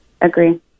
agree